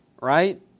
right